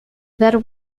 that